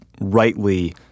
rightly